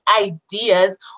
ideas